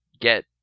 get